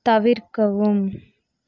தவிர்க்கவும்